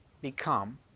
become